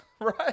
Right